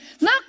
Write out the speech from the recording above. Look